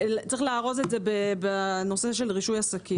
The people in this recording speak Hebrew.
צריך לארוז את זה בנושא של רישוי עסקים.